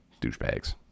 Douchebags